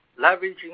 leveraging